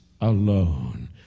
alone